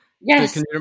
Yes